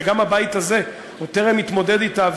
שגם הבית הזה טרם התמודד אתה,